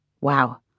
Wow